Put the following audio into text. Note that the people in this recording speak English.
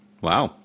Wow